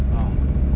ah